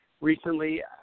recently